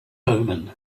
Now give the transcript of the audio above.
omen